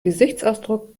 gesichtsausdruck